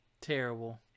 Terrible